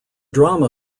drama